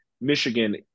Michigan